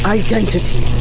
identity